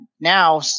now